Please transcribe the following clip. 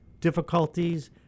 difficulties